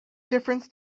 difference